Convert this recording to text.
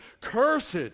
Cursed